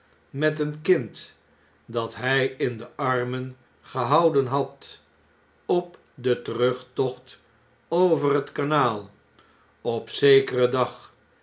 met een kind dat hij in de armen gehouden had op den terugtocht over het kanaal op zekeren dag